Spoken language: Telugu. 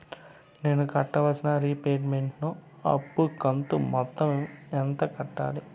నేను కట్టాల్సిన రీపేమెంట్ ను అప్పు కంతు మొత్తం ఎంత కట్టాలి?